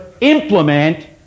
implement